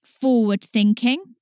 forward-thinking